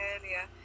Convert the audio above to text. earlier